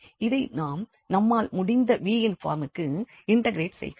இதை நாம் நம்மால் முடிந்த v இன் பார்மிற்கு இண்டெக்ரெட் செய்கிறோம்